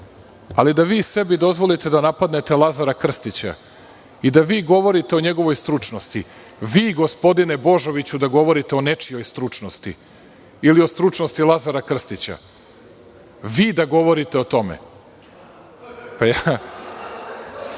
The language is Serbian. ali da vi sebi dozvolite da napadnete Lazara Krstića i da vi govorite o njegovoj stručnosti, vi, gospodine Božoviću da govorite o nečijoj stručnosti ili o stručnosti Lazara Krstića, vi da govorite o tome? Moram